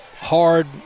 hard